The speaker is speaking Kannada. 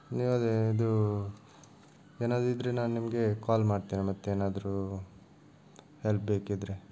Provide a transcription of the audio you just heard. ನೀವು ಅದೇ ಇದು ಏನಾದರೂ ಇದ್ದರೆ ನಾನು ನಿಮಗೆ ಕಾಲ್ ಮಾಡ್ತೇನೆ ಮತ್ತೇನಾದರೂ ಹೆಲ್ಪ್ ಬೇಕಿದ್ದರೆ